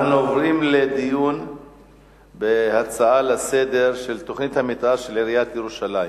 אנחנו עוברים להצעות לסדר-היום על תוכנית המיתאר של עיריית ירושלים,